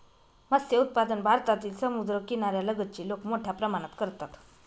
मत्स्य उत्पादन भारतातील समुद्रकिनाऱ्या लगतची लोक मोठ्या प्रमाणात करतात